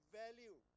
value